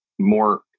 More